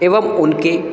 एवं उनके